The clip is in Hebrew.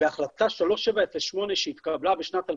בהחלטה 3708, שהתקבלה בשנת 2011,